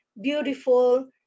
beautiful